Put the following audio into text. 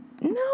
No